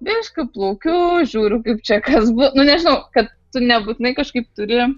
biški plaukiu žiūriu kaip čia kas bus nu nežinau kad tu nebūtinai kažkaip turi